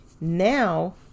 Now